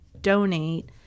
donate